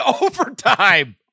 overtime